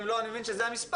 אם לא, אני מבין שזה המספר.